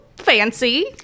fancy